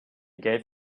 gave